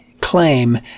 claim